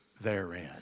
therein